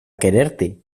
quererte